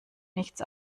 nichts